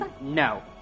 No